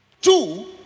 two